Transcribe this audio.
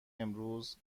امروز